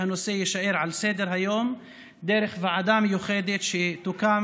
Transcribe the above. שהנושא יישאר על סדר-היום דרך ועדה מיוחדת שתוקם